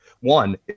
One